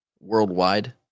worldwide